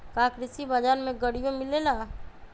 का कृषि बजार में गड़ियो मिलेला?